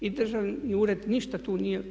I državni ured ništa tu nije